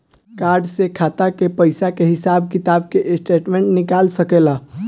Card से खाता के पइसा के हिसाब किताब के स्टेटमेंट निकल सकेलऽ?